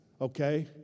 okay